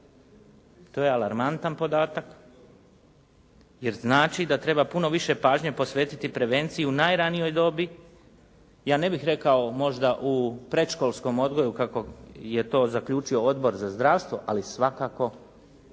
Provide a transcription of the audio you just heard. To je alarmantan podatak, jer znači da treba puno više pažnje posvetiti prevenciji u najranijoj dobi, ja ne bih rekao možda u predškolskom odgoju kako je to zaključio Odbor za zdravstvo, ali svakako